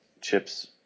Chip's